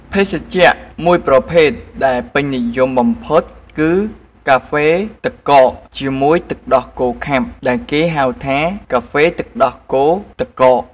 ភេសជ្ជៈមួយប្រភេទដែលពេញនិយមបំផុតគឺកាហ្វេទឹកកកជាមួយទឹកដោះគោខាប់ដែលគេហៅថាកាហ្វេទឹកដោះគោទឹកកក។